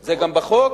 זה גם בחוק,